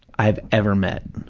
i've ever met,